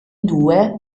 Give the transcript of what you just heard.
due